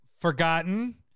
forgotten